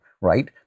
right